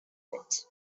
bit